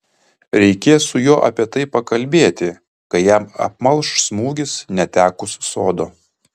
reikės su juo apie tai pakalbėti kai jam apmalš smūgis netekus sodo